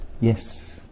Yes